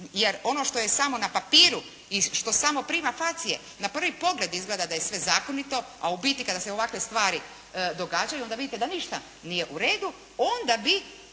jer ono što je samo na papiru i što samo prima … na prvi pogled izgleda da je sve zakonito, a u biti kada se ovakve stvari događaju onda vidite da ništa nije u redu, onda bi